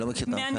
שעלת.